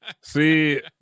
See